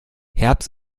herbst